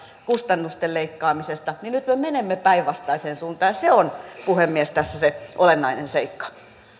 kustannusten leikkaamisesta niin nyt me menemme päinvastaiseen suuntaan ja se on puhemies tässä se olennainen seikka